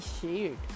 shared